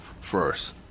first